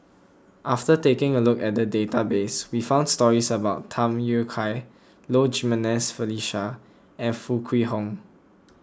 After taking a look at the database we found stories about Tham Yui Kai Low Jimenez Felicia and Foo Kwee Horng